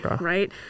right